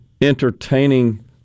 entertaining